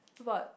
to but